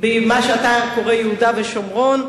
במה שאתה קורא יהודה ושומרון,